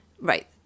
Right